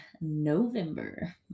November